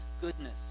goodness